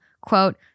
quote